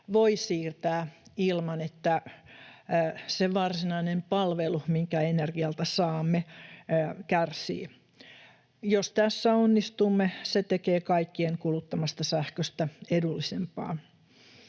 voi siirtää ilman, että se varsinainen palvelu, minkä energialta saamme, kärsii. Jos tässä onnistumme, se tekee kaikkien kuluttamasta sähköstä edullisempaa.